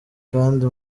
kandi